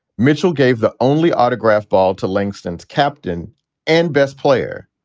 mitchell gave the only autographed ball to langston's captain and best player.